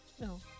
no